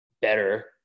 better